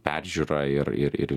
peržiūra ir ir ir